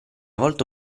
volta